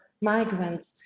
migrants